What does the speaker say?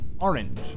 Orange